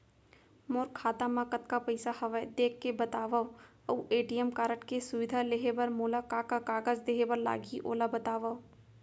मोर खाता मा कतका पइसा हवये देख के बतावव अऊ ए.टी.एम कारड के सुविधा लेहे बर मोला का का कागज देहे बर लागही ओला बतावव?